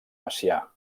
macià